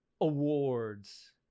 awards